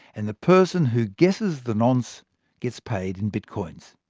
and the person who guesses the nonce get paid in bitcoins.